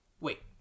Wait